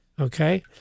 Okay